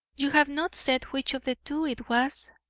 you have not said which of the two it was,